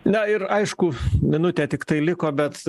na ir aišku minutė tiktai liko bet